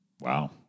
Wow